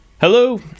Hello